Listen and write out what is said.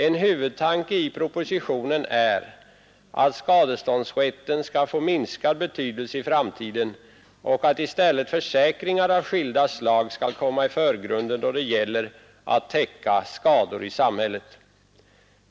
En huvudtanke i propositionen är att skadeståndsrätten skall få minskad betydelse i framtiden och att i stället försäkringar av skilda slag skall komma i förgrunden då det gäller att täcka skador i samhället.